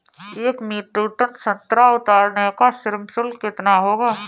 एक metric ton संतरा उतारने का श्रम शुल्क कितना होगा?